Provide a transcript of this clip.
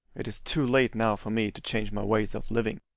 it is too late now for me to change my ways of living.